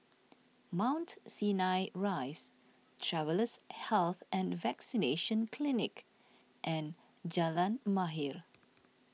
Mount Sinai Rise Travellers' Health and Vaccination Clinic and Jalan Mahir